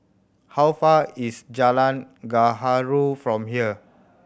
how far is Jalan Gaharu from here